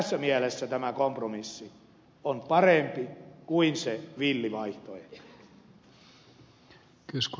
tässä mielessä tämä kompromissi on parempi kuin se villi vaihtoehto